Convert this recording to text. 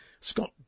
Scott